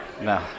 No